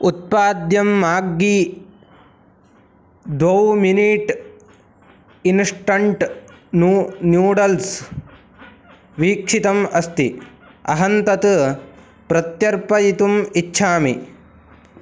उत्पाद्यं माग्गी दो minute instant नू न्यूड्ल्स् विक्षितम् अस्ति अहं तत् प्रत्यर्पयितुम् इच्छामि